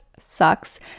sucks